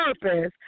purpose